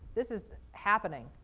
this is happening.